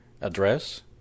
address